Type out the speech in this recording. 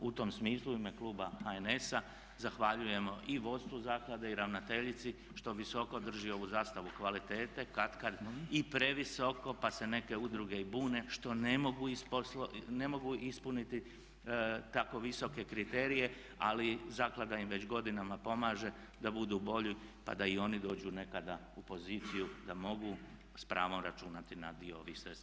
U tom smislu u ime kluba HNS-a zahvaljujemo i vodstvu zaklade i ravnateljici što visoko drži ovu zastavu kvalitete, katkad i previsoko pa se neke udruge i bune što ne mogu ispuniti tako visoke kriterije ali zaklada im već godinama pomaže da budu bolji pa da i oni dođu nekada u poziciju da mogu s pravom računati na dio ovih sredstava.